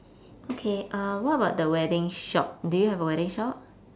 okay uh what about the wedding shop do you have a wedding shop